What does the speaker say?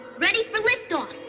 ready for liftoff.